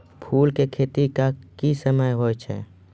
फुल की खेती का समय क्या हैं?